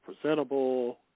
presentable